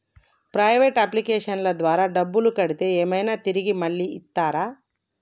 Private అప్లికేషన్ల ద్వారా డబ్బులు కడితే ఏమైనా తిరిగి మళ్ళీ ఇస్తరా?